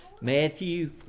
Matthew